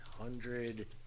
hundred